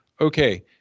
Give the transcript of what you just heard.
okay